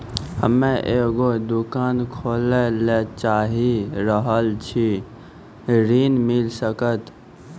हम्मे एगो दुकान खोले ला चाही रहल छी ऋण मिल सकत?